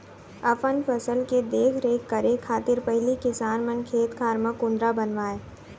अपन फसल के देख रेख करे खातिर पहिली किसान मन खेत खार म कुंदरा बनावय